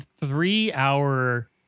three-hour